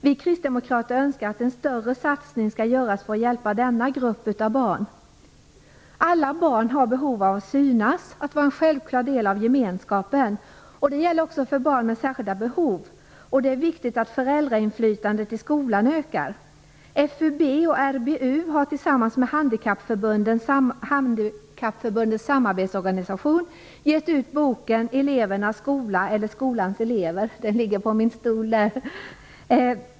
Vi kristdemokrater önskar att en större satsning skall göras för att man skall kunna hjälpa denna grupp av barn. Alla barn har behov av att synas och vara en självklar del av gemenskapen. Det gäller också barn med särskilda behov. Det är viktigt att föräldrainflytandet i skolan ökar. FUB och RBU har tillsammans med Handikappförbundens Samarbetsorgan gett ut boken Elevernas skola eller skolans elever. Den ligger på min stol.